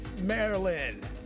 Maryland